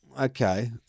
Okay